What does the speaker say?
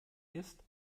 ist